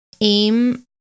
aim